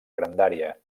grandària